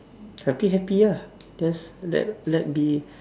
happy happy ah just let let be